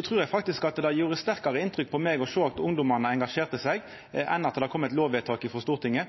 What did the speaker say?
trur eg faktisk at det gjorde sterkare inntrykk på meg å sjå at ungdommen engasjerte seg, enn at det kom eit lovvedtak frå Stortinget.